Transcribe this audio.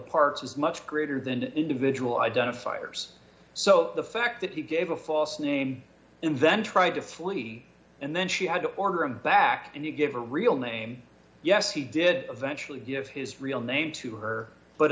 parts is much greater than the individual identifiers so the fact that he gave a false name and then tried to flee and then she had to order him back and you give her real name yes he did eventually give his real name to her but